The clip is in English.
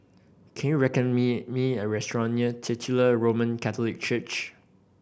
can you recommend me me a restaurant near Titular Roman Catholic Church